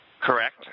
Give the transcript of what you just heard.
Correct